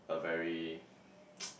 a very